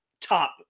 top